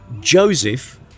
Joseph